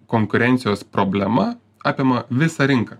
konkurencijos problema apima visą rinką